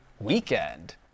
weekend